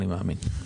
אני מאמין.